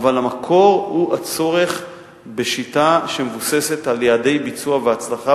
אבל המקור הוא הצורך בשיטה שמבוססת על יעדי ביצוע והצלחה,